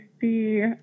see